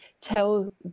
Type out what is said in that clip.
tell